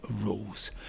rules